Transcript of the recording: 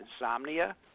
insomnia